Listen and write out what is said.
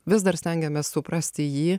vis dar stengiamės suprasti jį